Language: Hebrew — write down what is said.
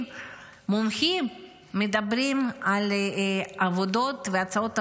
מומחים מדברים על עבודות והצעות עבודה,